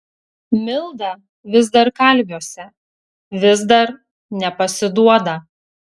milda vis dar kalviuose vis dar nepasiduoda